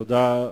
תודה.